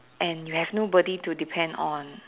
and you have nobody to depend on